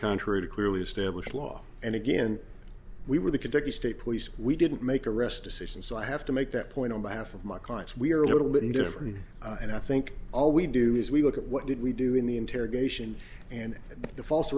contrary to clearly established law and again we were the kentucky state police we didn't make arrest decisions so i have to make that point on behalf of my clients we are a little bit different and i think all we do is we look at what did we do in the interrogation and the false